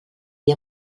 ell